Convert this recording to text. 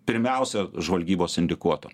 pirmiausia žvalgybos indikuotų